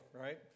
right